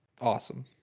awesome